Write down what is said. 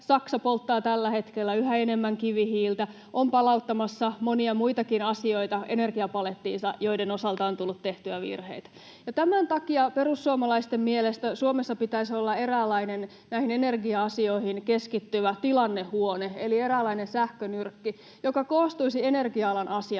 Saksa polttaa tällä hetkellä yhä enemmän kivihiiltä ja on palauttamassa monia muitakin asioita energiapalettiinsa, joiden osalta on tullut tehtyä virheitä. Tämän takia perussuomalaisten mielestä Suomessa pitäisi olla eräänlainen näihin energia-asioihin keskittyvä tilannehuone eli eräänlainen sähkönyrkki, joka koostuisi energia-alan